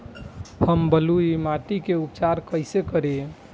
हम बलुइ माटी के उपचार कईसे करि?